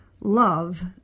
love